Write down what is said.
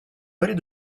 valet